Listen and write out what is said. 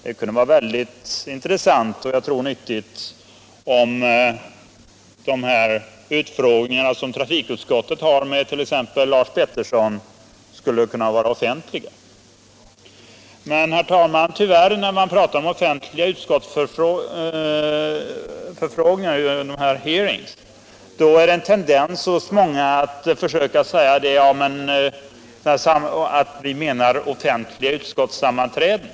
Det kunde vara väldigt intressant och nyttigt, om trafikutskottets utfrågningar med t.ex. Lars Peterson gjordes offentliga. När man pratar om offentliga hearings i utskotten, finns det tyvärr de som säger sig avvisa tanken på offentliga utskottssammanträden.